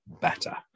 better